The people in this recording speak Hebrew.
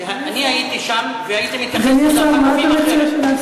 שאני הייתי שם והייתי מתייחס לחטופים,